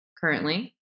currently